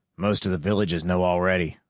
most of the villages know already,